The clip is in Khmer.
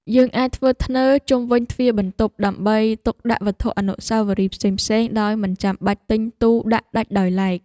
យើងអាចធ្វើធ្នើរជុំវិញទ្វារបន្ទប់ដើម្បីទុកដាក់វត្ថុអនុស្សាវរីយ៍ផ្សេងៗដោយមិនចាំបាច់ទិញទូដាក់ដាច់ដោយឡែក។